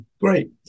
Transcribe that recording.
great